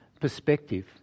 perspective